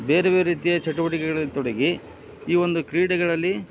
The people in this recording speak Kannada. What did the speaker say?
ಬೇರೆ ಬೇರೆ ರೀತಿಯ ಚಟುವಟಿಕೆಗಳಲ್ಲಿ ತೊಡಗಿ ಈ ಒಂದು ಕ್ರೀಡೆಗಳಲ್ಲಿ